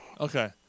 Okay